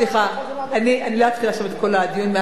סליחה, אני לא אתחיל עכשיו את כל הדיון מהתחלה.